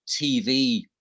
tv